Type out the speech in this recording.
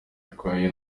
byatwara